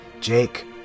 Jake